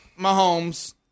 Mahomes